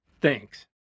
Thanks